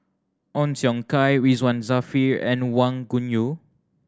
Ong Siong Kai Ridzwan Dzafir and Wang Gungwu